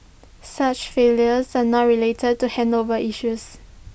such failures are not related to handover issues